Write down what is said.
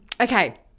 Okay